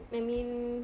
I mean